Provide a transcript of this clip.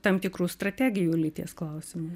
tam tikrų strategijų lyties klausimu